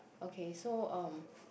okay so um